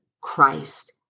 Christ